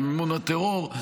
במימון הטרור,